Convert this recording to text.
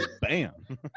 Bam